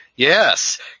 Yes